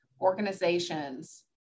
organizations